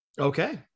Okay